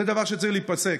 זה דבר שצריך להיפסק.